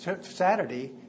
Saturday